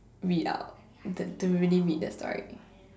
read out the to really read the story